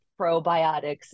probiotics